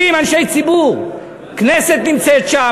70 אנשי ציבור: הכנסת נמצאת שם,